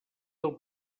del